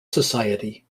society